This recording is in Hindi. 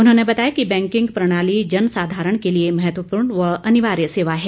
उन्होंने बताया कि बैंकिंग प्रणाली जन साधारण के लिए महत्वपूर्ण व अनिवार्य सेवा है